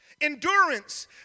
Endurance